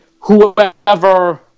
whoever